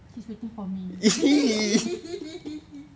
he's waiting for me